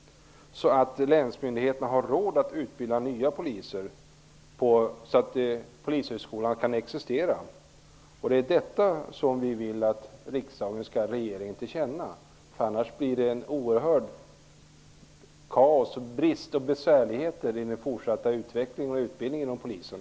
Syftet är att länsmyndigheterna skall få råd att utbilda nya poliser för att Polishögskolan skall kunna existera. Det är detta som vi vill att riksdagen skall ge regeringen till känna. Annars blir det kaos, brist och besvärligheter i den fortsatta utvecklingen och utbildningen inom Polisen.